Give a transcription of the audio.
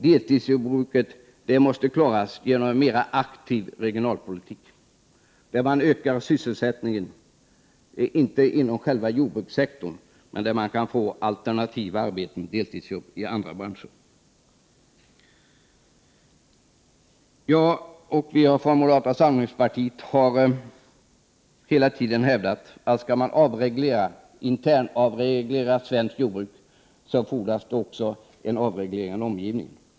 Detta deltidsjordbruk måste klaras genom en mer aktiv regionalpolitik med en ökning av sysselsättningen, inte inom själva jordbrukssektorn utan i form av alternativarbeten, deltidsarbeten, i andra branscher. Vi från moderata samlingspartiet har hela tiden hävdat att om svenskt jordbruk skall internregleras fordras det även en avreglerad omgivning.